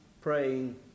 praying